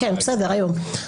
כן, בסדר, היום.